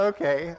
Okay